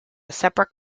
separate